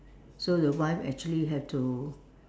so the wife actually have to